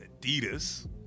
Adidas